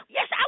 Yes